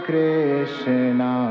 Krishna